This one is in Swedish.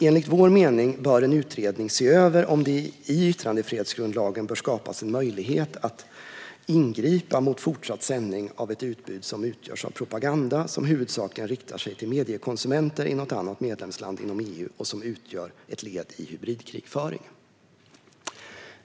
Enligt vår mening bör en utredning se över om det i yttrandefrihetsgrundlagen bör skapas en möjlighet att ingripa mot fortsatt sändning av ett utbud som utgörs av propaganda som huvudsakligen riktar sig till mediekonsumenter i något annat medlemsland inom EU och som utgör ett led i hybridkrigföring.